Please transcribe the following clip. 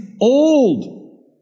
Old